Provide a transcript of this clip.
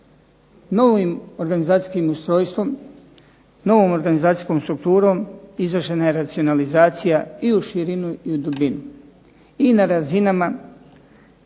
Novim organizacijskim ustrojstvom, novom organizacijskom strukturom izvršena je racionalizacija i u širinu i u dubinu, i na razinama